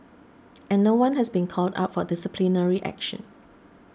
and no one has been called up for disciplinary action